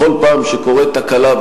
בכל פעם שקורית תקלה,